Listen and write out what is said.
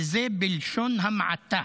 וזה בלשון המעטה".